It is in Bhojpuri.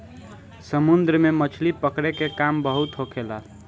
समुन्द्र में मछली पकड़े के काम बहुत होखेला